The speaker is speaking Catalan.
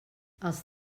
els